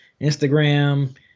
Instagram